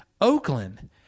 Oakland